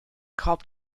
korb